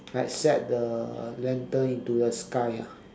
like set the lantern into the sky ah